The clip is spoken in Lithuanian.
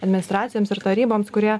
administracijoms ir taryboms kurie